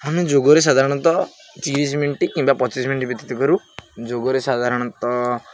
ଆମେ ଯୋଗରେ ସାଧାରଣତଃ ତିରିଶି ମିନିଟ କିମ୍ବା ପଚିଶି ମିନିଟ ବ୍ୟତୀତ କରୁ ଯୋଗରେ ସାଧାରଣତଃ